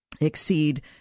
Exceed